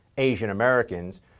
Asian-Americans